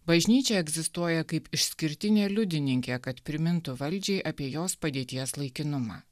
bažnyčia egzistuoja kaip išskirtinė liudininkė kad primintų valdžiai apie jos padėties laikinumą